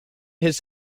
his